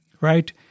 right